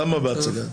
למה בהצגה?